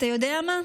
אתה יודע מה?